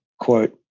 quote